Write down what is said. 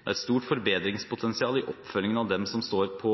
Det er et stort forbedringspotensial i oppfølgingen av dem som står på